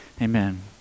Amen